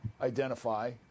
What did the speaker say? identify